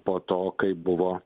po to kai buvo